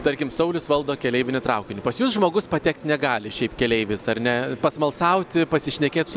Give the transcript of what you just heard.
tarkim saulius valdo keleivinį traukinį pas jus žmogus patekt negali šiaip keleivis ar ne pasmalsauti pasišnekėt su